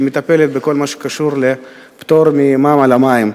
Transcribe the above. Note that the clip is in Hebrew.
הצעה שמטפלת בכל הקשור לפטור ממע"מ על המים.